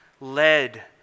led